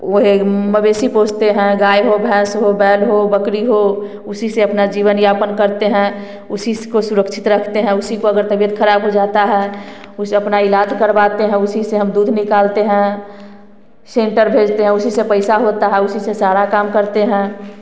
वो है मवेशी पोसते है गाय हो भैस हो बैल हो बकरी हो उसी से अपना जीवन यापन करते है उसी को सुरक्षित रखते है उसी को अगर तबियत ख़राब हो जाता है उसे अपना ईलाज करवाते है उसी से हम दूध निकालते है सेंटर भेजते है उसी से पैसा होता है उसी से सारा काम करते है